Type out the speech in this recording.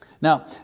Now